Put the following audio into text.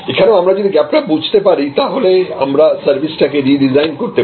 এখানেও আমরা যদি গ্যাপটা বুঝতে পারি তাহলে আমরা সার্ভিসটাকে রিডিজাইন করতে পারি